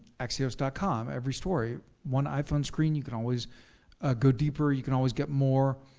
axios dot com every story, one iphone screen, you can always ah go deeper, you can always get more,